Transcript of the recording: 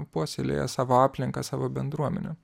puoselėja savo aplinką savo bendruomenę